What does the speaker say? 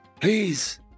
Please